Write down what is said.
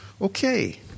Okay